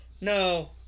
no